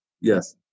Yes